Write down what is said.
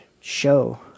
show